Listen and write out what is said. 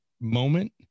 moment